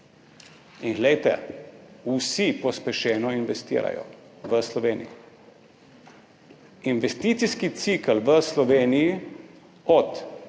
in glejte, vsi pospešeno investirajo v Sloveniji. Investicijski cikel v Sloveniji od